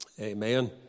Amen